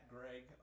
Greg